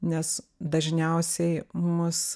nes dažniausiai mus